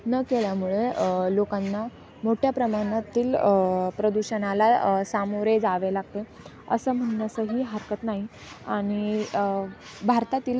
न केल्यामुळे लोकांना मोठ्या प्रमाणातील प्रदूषणाला सामोरे जावे लागते असं म्हणण्यासही हरकत नाही आणि भारतातील